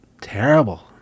terrible